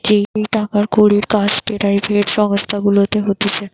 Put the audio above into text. যেই টাকার কড়ির কাজ পেরাইভেট সংস্থা গুলাতে হতিছে